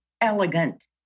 elegant